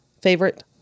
favorite